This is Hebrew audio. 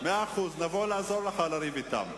מאה אחוז, נבוא לעזור לך לריב אתם.